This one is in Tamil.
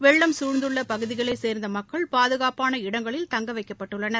வெள்ளம் சூழ்ந்துள்ள பகுதிகளைச் சேர்ந்த மக்கள் பாதுகாப்பபான இடங்களில் தங்க வைக்கப்பட்டுள்ளனர்